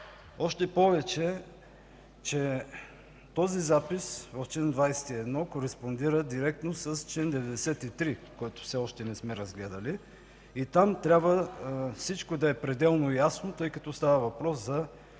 Още повече, че записът в чл. 21 кореспондира директно с чл. 93, който все още не сме разгледали. Там трябва всичко да е пределно ясно, тъй като става въпрос за